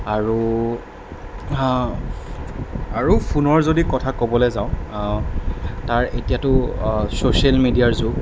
আৰু আৰু ফোনৰ যদি কথা ক'বলৈ যাওঁ তাৰ এতিয়াতো ছ'চিয়েল মিডিয়াৰ যুগ